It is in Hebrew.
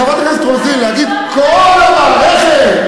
חברת הכנסת רוזין, להגיד כל המערכת,